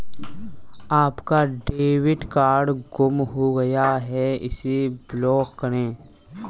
आपका debit card गुम हो गया है इसे ब्लॉक करें